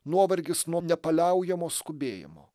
nuovargis nuo nepaliaujamo skubėjimo